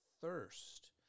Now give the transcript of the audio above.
thirst